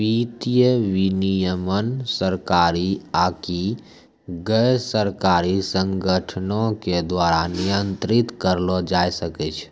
वित्तीय विनियमन सरकारी आकि गैरसरकारी संगठनो के द्वारा नियंत्रित करलो जाय सकै छै